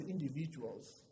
individuals